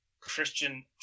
Christian